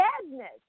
sadness